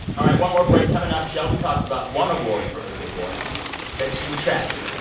all right, one more break. coming up, shelby talks about one award for a good boy that she retracted.